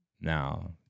Now